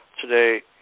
Today